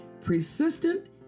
Persistent